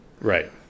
right